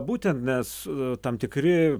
būtent nes tam tikri